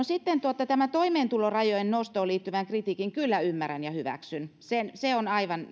sitten tähän toimeentulorajojen nostoon liittyvän kritiikin kyllä ymmärrän ja hyväksyn se on aivan